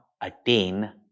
attain